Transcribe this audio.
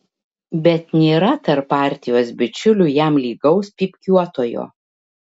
bet nėra tarp partijos bičiulių jam lygaus pypkiuotojo